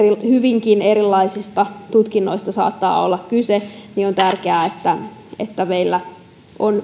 hyvinkin erilaisista tutkinnoista saattaa olla kyse niin on tärkeää että että meillä on